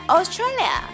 Australia